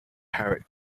parrot